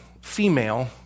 female